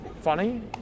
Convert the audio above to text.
funny